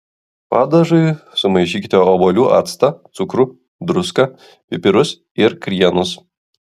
padažui sumaišykite obuolių actą cukrų druską pipirus ir krienus